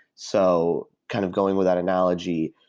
so kind of going without analogy,